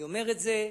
אני אומר את זה,